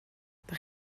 ydych